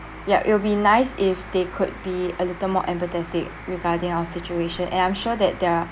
yup it will be nice if they could be a little more empathetic regarding our situation and I'm sure that there are